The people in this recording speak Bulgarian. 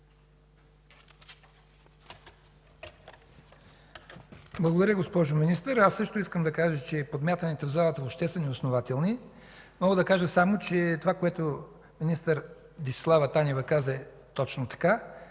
Благодаря Ви, госпожо Министър. Аз също искам да кажа, че подмятанията в залата въобще са неоснователни. Мога да кажа само, че това, което министър Десислава Танева каза, е точно така